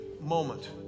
moment